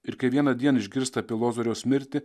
ir kai vieną dieną išgirsta apie lozoriaus mirtį